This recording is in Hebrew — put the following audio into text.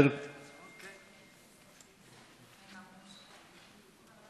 עד שלוש דקות, בבקשה.